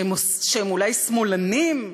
שהם אולי שמאלנים?